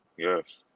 Yes